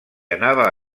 anava